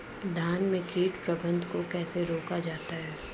धान में कीट प्रबंधन को कैसे रोका जाता है?